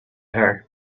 her